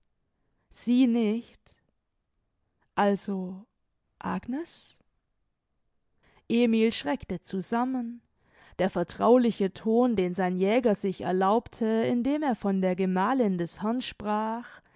sie nicht also agnes emil schreckte zusammen der vertrauliche ton den sein jäger sich erlaubte indem er von der gemalin des herrn